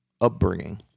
upbringing